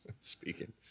Speaking